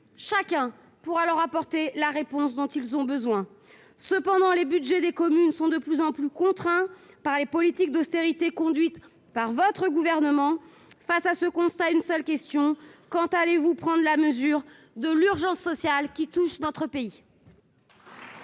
tous pour leur apporter la réponse dont ils ont besoin. Cependant, les budgets des communes sont de plus en plus contraints par les politiques d'austérité conduites par le Gouvernement. Face à ce constat, il n'y a qu'une question : quand allez-vous prendre la mesure de l'urgence sociale qui touche notre pays ?